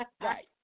Right